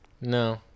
No